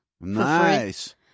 Nice